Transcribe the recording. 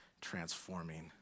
transforming